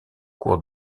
cours